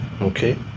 Okay